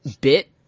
bit